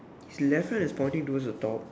his left hand is pointing towards a dog